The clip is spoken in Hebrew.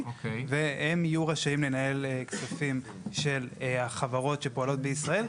והם יהיו רשאים לנהל כספים של החברות שפועלות בישראל.